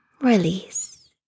release